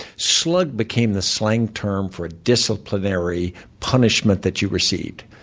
slug became the slang term for ah disciplinary punishment that you received.